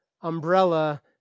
umbrella